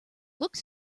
looked